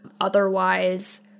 Otherwise